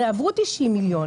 הרי עברו 90 יום.